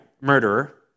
Murderer